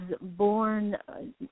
born